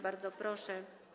Bardzo proszę.